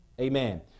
Amen